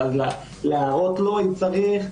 ואז להראות לו אם צריך.